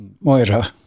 Moira